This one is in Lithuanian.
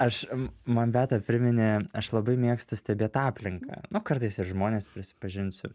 aš man beata priminė aš labai mėgstu stebėt aplinką nu kartais ir žmones prisipažinsiu